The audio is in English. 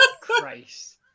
Christ